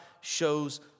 shows